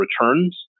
returns